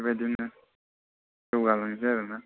बेबादिनो जौगाहोलांसै आरोना